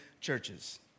churches